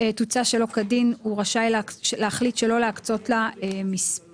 תוצא שלא כדין הוא רשאי להחליט שלא להקצות לה מספר.